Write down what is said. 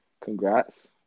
Congrats